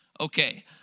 Okay